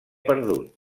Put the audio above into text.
perdut